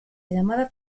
llamada